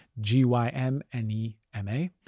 G-Y-M-N-E-M-A